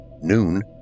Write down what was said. noon